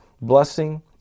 blessing